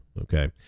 okay